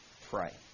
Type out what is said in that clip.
pray